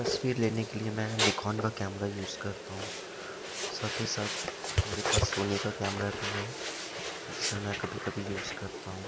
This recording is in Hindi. तस्वीर लेने के लिए मैं निखोन का कैमरा यूज़ करता हूँ साथ ही साथ मेरे पास सोनी का कैमरा भी है जिसे मैं कभी कभी यूज़ करता हूँ